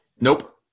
Nope